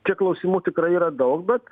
čia klausimų tikrai yra daug bet